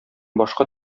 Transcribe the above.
башка